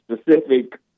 specific